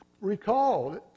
recall